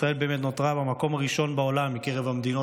ישראל נותרה במקום הראשון בעולם בקרב המדינות